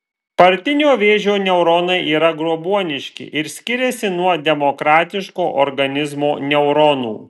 partinio vėžio neuronai yra grobuoniški ir skiriasi nuo demokratiško organizmo neuronų